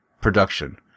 production